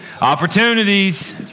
Opportunities